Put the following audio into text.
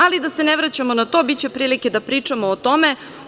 Ali, da se ne vraćamo na to, biće prilike da pričamo o tome.